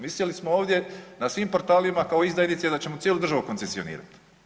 Visjeli smo ovdje na svim portalima kao izdajnici da ćemo cijelu državu koncesionirati.